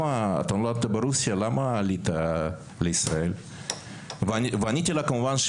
אם נולדת ברוסיה אז למה עלית לישראל?״ ועניתי לה כמובן,